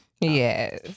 Yes